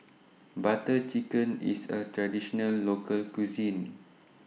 Butter Chicken IS A Traditional Local Cuisine